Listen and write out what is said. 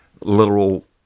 literal